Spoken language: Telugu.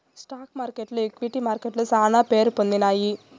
స్టాక్ మార్కెట్లు ఈక్విటీ మార్కెట్లు శానా పేరుపొందినాయి